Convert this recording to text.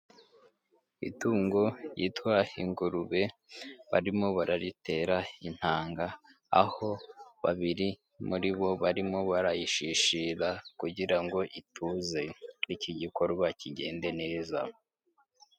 Itungo ryitwa ingurube, barimo bararitera intanga, aho babiri muri bo barimo barayishishira kugira ngo ituze, iki gikorwa kigende neza.